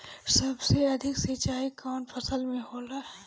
सबसे अधिक सिंचाई कवन फसल में होला?